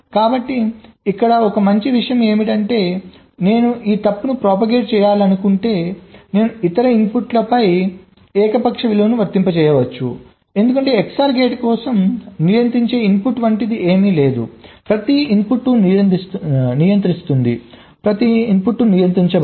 కాబట్టి ఇక్కడ మంచి విషయం ఏమిటంటే నేను ఈ తప్పును ప్రొపాగేట్ చేయాలనుకుంటే నేను ఇతర ఇన్పుట్ పై ఏకపక్ష విలువలను వర్తింపజేయవచ్చు ఎందుకంటే XOR గేట్ కోసం నియంత్రించే ఇన్పుట్ వంటిది ఏమీ లేదు ప్రతి ఇన్పుట్ నియంత్రిస్తుంది ప్రతి ఇన్పుట్ నియంత్రించబడదు